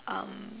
um